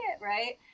Right